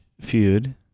feud